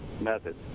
methods